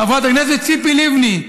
חברת הכנסת ציפי לבני.